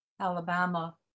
Alabama